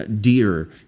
deer